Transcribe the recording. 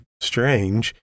strange